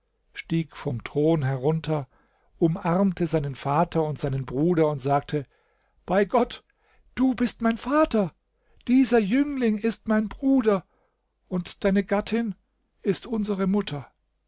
stieg vom thron herunter umarmte seinen vater und seinen bruder und sagte bei gott du bist mein vater dieser jüngling ist mein bruder und deine gattin ist unsere mutter